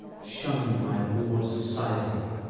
shunn'd my abhorr'd society